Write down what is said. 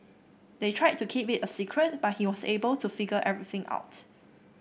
they tried to keep it a secret but he was able to figure everything out